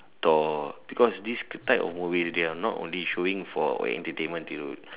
Thor because this kind of movies they are not only showing for entertainment Thiru